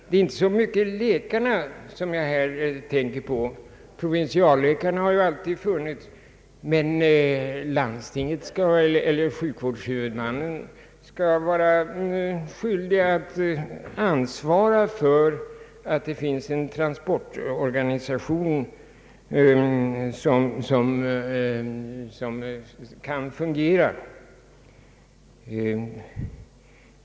Det är inte så mycket läkarna som jag här tänker på — provinsialläkare har ju alltid funnits — utan jag tänker på att sjukvårdshuvudmannen skall vara skyldig att ansvara för att det finns en transportorganisation som fungerar.